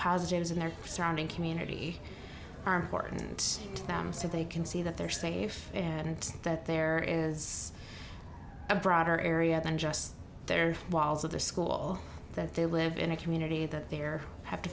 positives in their surrounding community are important to them so they can see that they're safe and that there is a broader area than just their walls of the school that they live in a community that they're have to